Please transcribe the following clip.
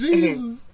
Jesus